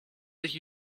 sich